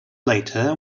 later